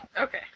Okay